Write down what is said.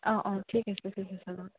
অঁ অঁ ঠিক আছে ঠিক আছে বাৰু